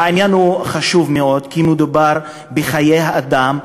העניין חשוב מאוד, כי מדובר בחיי אדם.